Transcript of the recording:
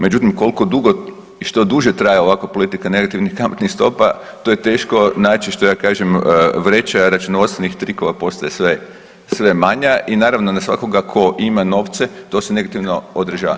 Međutim, koliko dugo i što duže traje ovakva politika negativnih kamatnih stopa, to je teško naći, što ja kažem, vreća računovodstvenih trikova postaje sve, sve manja i naravno, na svakoga tko ima novce, to se negativno odražava.